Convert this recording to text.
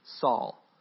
Saul